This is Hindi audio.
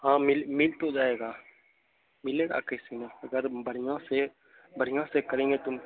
हाँ मिल मिल तो जाएगा मिलेगा कैसे नहीं अगर बढ़िया से बढ़िया से करेंगे तो